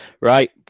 Right